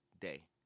day